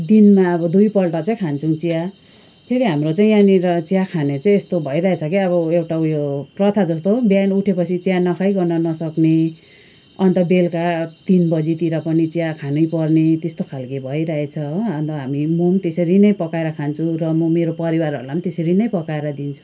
दिनमा अब दुईपल्ट चाहिँ खान्छौँ चिया फेरि हाम्रो चाहिँ यहाँनिर चिया खाने चाहिँ यस्तो भइरहेछ के अब एउटा उयो प्रथा जस्तो बिहान उठेपछि चिया नखाई गर्न नसक्ने अन्त बेलुका तिन बजीतिर पनि चिया खानैपर्ने त्यस्तो खालके भइरहेछ हो अन्त हामी म पनि त्यसरी नै पकाएर खान्छु र म मेरो परिवारहरूलाई नि त्यसरी नै पकाएर दिन्छु